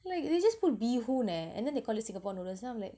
like they just put bee hoon eh and then they call it singapore noodles then I'm like